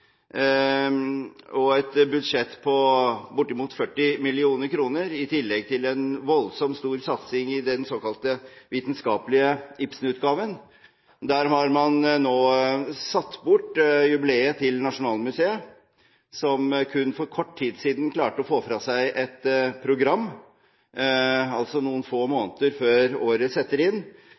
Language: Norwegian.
et budsjett på bortimot 40 mill. kr, i tillegg til at man hadde en voldsomt stor satsing med den såkalt vitenskapelige Ibsen-utgaven. Når det gjelder Munch, har man satt bort jubileet til Nasjonalmuseet, som kun for kort tid siden klarte å få fra seg et program, altså noen få måneder før året setter inn,